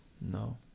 no